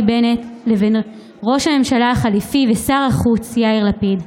בנט לבין ראש הממשלה החליפי ושר החוץ יאיר לפיד.